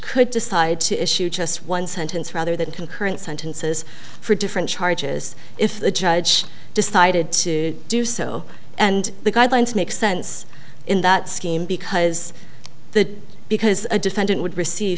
could decide to issue just one sentence rather than concurrent sentences for different charges if the judge decided to do so and the guidelines make sense in that scheme because the because a defendant would receive